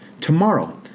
Tomorrow